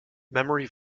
memory